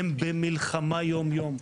הם במלחמה יום יום,